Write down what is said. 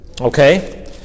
Okay